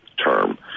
term